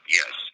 yes